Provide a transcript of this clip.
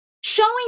showing